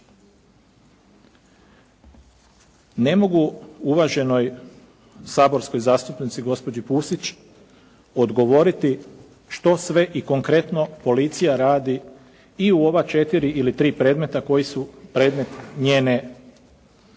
Ne mogu uvaženoj saborskoj zastupnici gospođi Pusić odgovoriti što sve i konkretno policija radi i u ova 4 ili 3 predmeta koji su predmet njene pojačane